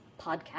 podcast